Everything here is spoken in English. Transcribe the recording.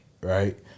right